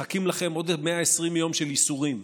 מחכים לכם עוד 120 יום של ייסורים.